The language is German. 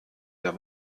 der